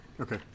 Okay